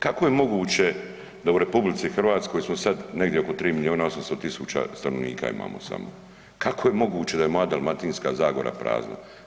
Kako je moguće da u RH smo sad negdje oko 3 milijuna 800 tisuća stanovnika imamo samo, kako je moguće da je moja Dalmatinska zagora prazna?